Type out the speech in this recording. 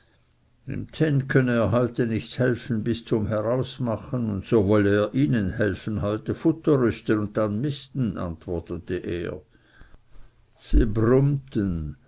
er heute nicht helfen bis zum herausmachen und so wolle er ihnen helfen heute futter rüsten und dann misten antwortete er sie brummten